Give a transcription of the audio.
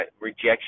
rejection